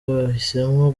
bahisemo